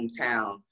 hometown